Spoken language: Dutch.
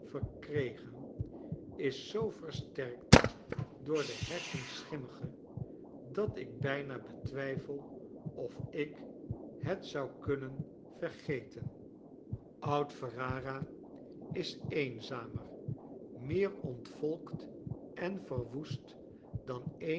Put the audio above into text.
verkregen is zoo versterkt door de hersenschimmige dat ik bijna betwijfel of ik het zou kunnen vergeten tusschen bologna en ferrara oud ferrara is eenzamer meer ontvolkt en verwoest dan eenige